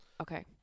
Okay